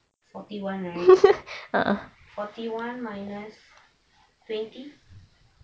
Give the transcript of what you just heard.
forty one right forty one minus twenty